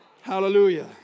Hallelujah